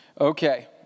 Okay